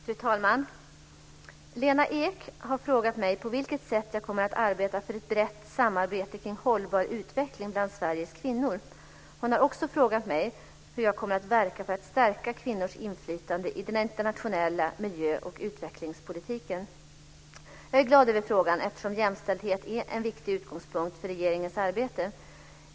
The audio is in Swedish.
Fru talman! Lena Ek har frågat mig på vilket sätt jag kommer att arbeta för ett brett samarbete kring hållbar utveckling bland Sveriges kvinnor. Hon har också frågat mig hur jag kommer att verka för att stärka kvinnors inflytande i den internationella miljöoch utvecklingspolitiken. Jag är glad över frågan eftersom jämställdhet är en viktig utgångspunkt för regeringens arbete.